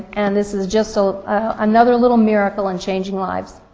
and this is just so another little miracle in changing lives.